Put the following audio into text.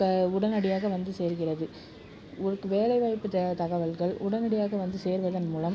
க உடனடியாக வந்து சேர்கிறது ஒர்க் வேலைவாய்ப்பு தெ தகவல்கள் உடனடியாக வந்து சேர்வதன் மூலம்